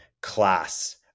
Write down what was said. class